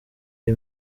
iyi